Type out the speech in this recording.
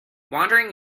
wandering